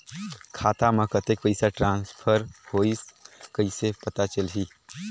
खाता म कतेक पइसा ट्रांसफर होईस कइसे पता चलही?